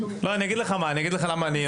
אני אגיד לך למה,